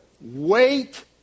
Wait